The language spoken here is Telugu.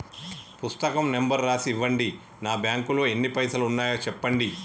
పుస్తకం నెంబరు రాసి ఇవ్వండి? నా బ్యాంకు లో ఎన్ని పైసలు ఉన్నాయో చెప్పండి?